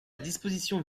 disposition